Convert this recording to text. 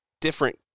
different